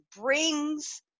brings